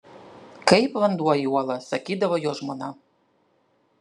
kaip vanduo į uolą sakydavo jo žmona